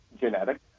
genetic